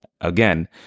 again